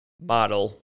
model